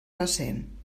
recent